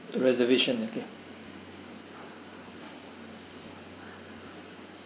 reservation okay